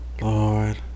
Lord